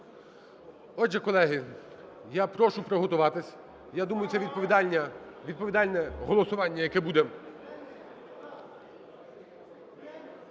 Отже, колеги, я прошу приготуватись, я думаю, це відповідальне голосування, яке буде